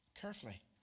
carefully